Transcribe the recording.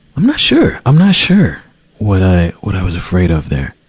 i'm not sure. i'm not sure what i, what i was afraid of there.